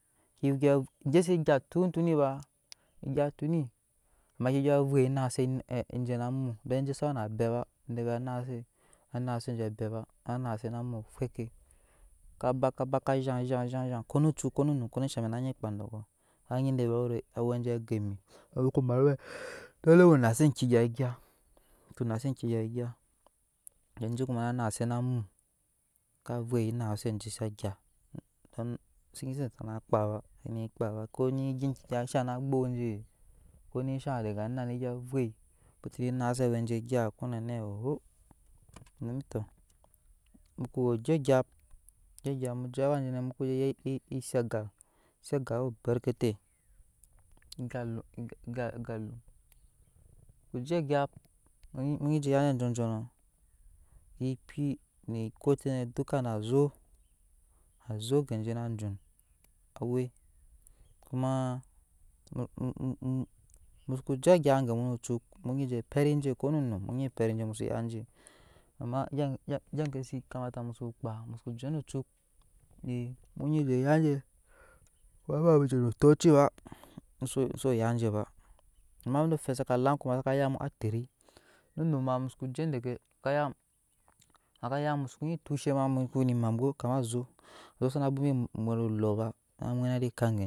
gyɛp se gya ton tonni ba gyatan amade kenyɔ ve nase enje namu domi enje sawe na abɛɛ ba teɛ vɛɛ enje nazabe abɛɛ ba kaba kaba ka zhan zhan kono cuk kono num kono shamɛk anyi vɛɛ de awɛ je jɛ go emi mun soko met owe doli mu naase enkegya gyama mu sake nase enkegya gya enje kuma na naase namu ka vep naase anje sa gya senyi se ende sana kpaba se ne kpaba kone gya enke sana kpaba se ne kpaba kone gya enke gya shan nan gbok je ko ne shan dege annaje bete vep naase awe je gya ko naa nɛ oho ohe tɔ musoko wo je gyap mu ko je awa jene muko ya esega zegawe aberkete hositaion musoko je gyap mu jo ya awa anjod jonns ekpi ne ekot tene dukka na azhoo azhee genje nɛ na jud awe kumaa mun mun soko je gyap gemu no cuk munyi je pet enje kono num musu yaje amma gya gya kese musuko je no chuk muyi jo yaje emba muje no tocit ba muso yaje ba amma fɛɛ saa an saka yamu atiri no num ma masuko je deke ykayamsa kayamu musoko nyi tozhet to ko kuma muwe ne. emambwo kama zhoo sana bwelma mwet olba mwet na deka genni.